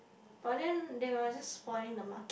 but then they was just wearing the mask